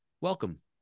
welcome